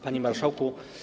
Panie Marszałku!